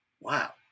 wow